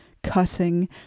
cussing